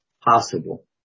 possible